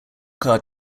car